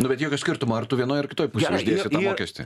nu bet jokio skirtumo ar tu vienoj ar kitoj pusėj uždėsi tą mokestį